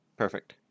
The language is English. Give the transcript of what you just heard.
Perfect